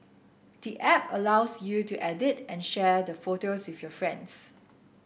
the app also allows you to edit and share the photos with your friends